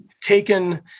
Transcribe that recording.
taken